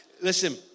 Listen